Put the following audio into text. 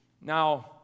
Now